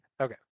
Okay